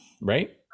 right